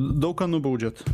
daug ką nubaudžiat